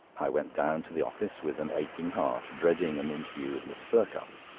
i went down to the office with an aching heart, dreading an interview with mr. perkupp,